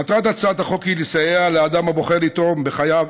מטרת הצעת החוק היא לסייע לאדם הבוחר לתרום בחייו